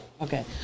okay